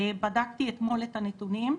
בדקתי אתמול את הנתונים.